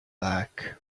back